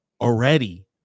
already